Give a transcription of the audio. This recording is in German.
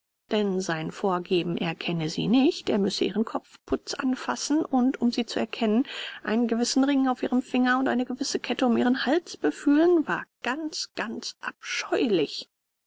denn sein vorgeben er kenne sie nicht er müsse ihren kopfputz anfassen und um sie zu erkennen einen gewissen ring auf ihrem finger und eine gewisse kette um ihren hals befühlen war ganz ganz abscheulich